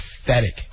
pathetic